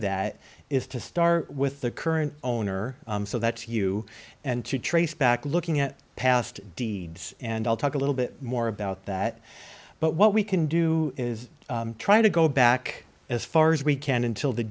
that is to start with the current owner so that's you and to trace back looking at past deeds and i'll talk a little bit more about that but what we can do is try to go back as far as we can until the